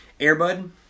Airbud